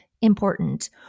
important